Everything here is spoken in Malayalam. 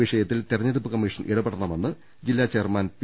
വിഷയത്തിൽ തെരഞ്ഞെടുപ്പ് കമ്മീഷൻ ഇടപെടണമെന്ന് ജില്ലാ ചെയർമാൻ പി